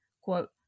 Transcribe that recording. quote